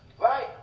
Right